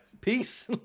peace